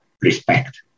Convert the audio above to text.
respect